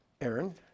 Aaron